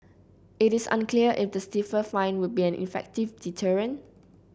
it is unclear if the stiffer fine would be an effective deterrent